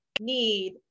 need